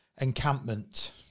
encampment